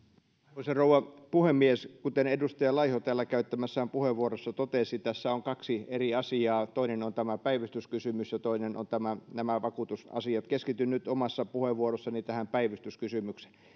arvoisa rouva puhemies kuten edustaja laiho täällä käyttämässään puheenvuorossa totesi tässä on kaksi eri asiaa toinen on tämä päivystyskysymys ja toinen on nämä vakuutusasiat keskityn nyt omassa puheenvuorossani tähän päivystyskysymykseen